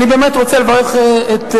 אני באמת רוצה לברך אותך,